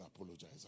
apologize